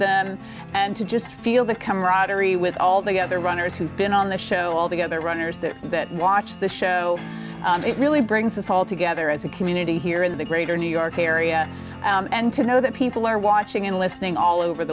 them and to just feel the camaraderie with all the other runners who have been on the show all together runners that watch the show it really brings us all together as a community here in the greater new york area and to know that people are watching and listening all over